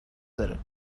داره